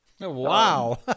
Wow